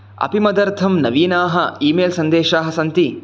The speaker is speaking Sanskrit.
अपि मदर्थं नवीनाः ई मेल् सन्देशाः सन्ति